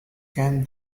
can